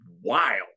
wild